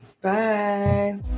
bye